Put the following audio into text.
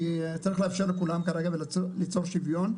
כי צריך לאפשר לכולם כרגע וליצור שוויון.